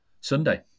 Sunday